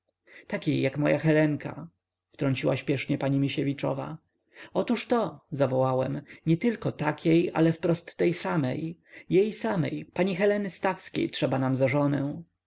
takiej jak moja helenka wtrąciła spiesznie pani misiewiczowa otóż to zawołałem nietylko takiej ale wprost tej samej jej samej pani heleny stawskiej trzeba nam za żonę